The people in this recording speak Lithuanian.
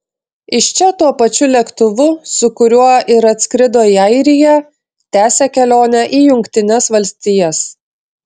iš čia tuo pačiu lėktuvu su kuriuo ir atskrido į airiją tęsia kelionę į jungtines valstijas